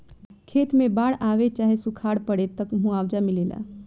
खेत मे बाड़ आवे चाहे सूखा पड़े, त मुआवजा मिलेला